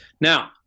Now